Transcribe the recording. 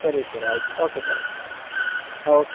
ಸರಿ ಸರ್ ಆಯಿತು okay sir ಆಯಿತು ಓಕೆ